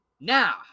Now